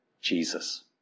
Jesus